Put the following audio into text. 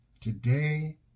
today